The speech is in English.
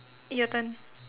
your turn